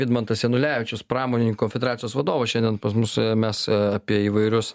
vidmantas janulevičius pramonininkų konfederacijos vadovas šiandien pas mus mes apie įvairius